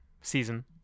season